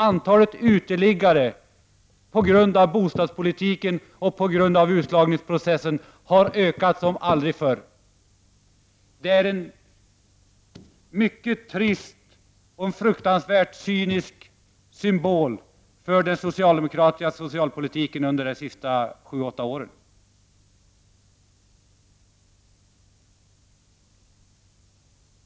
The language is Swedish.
Antalet uteliggare på grund av bostadspolitiken och på grund av att utslagningsprocessen har ökat som aldrig förr. Det är en mycket trist och frukansvärt cynisk symbol för den socialdemokratiska socialpolitiken under de senaste sju åtta åren.